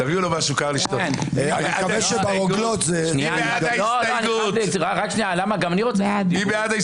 נצביע על הסתייגות 217. מי בעד?